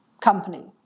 company